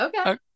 okay